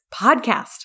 podcast